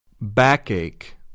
Backache